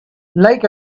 like